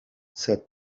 said